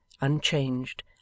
unchanged